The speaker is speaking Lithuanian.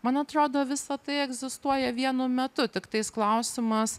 man atrodo visa tai egzistuoja vienu metu tiktais klausimas